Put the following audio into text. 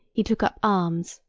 he took up arms,